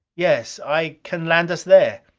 yes. i can land us there.